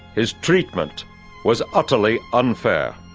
his treatment was utterly unfair.